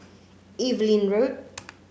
Evelyn Road